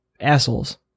assholes